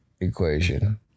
equation